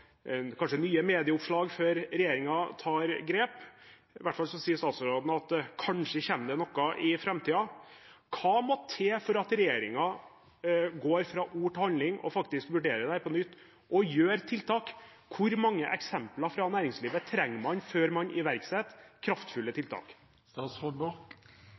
nye medieoppslag før regjeringen tar grep. I hvert fall sier statsråden at det kanskje kommer noe i framtiden. Hva må til for at regjeringen går fra ord til handling og faktisk vurderer dette på nytt og gjør tiltak? Hvor mange eksempler fra næringslivet trenger man før man iverksetter kraftfulle